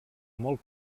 molt